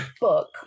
book